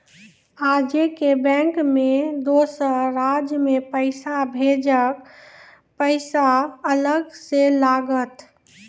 आजे के बैंक मे दोसर राज्य मे पैसा भेजबऽ पैसा अलग से लागत?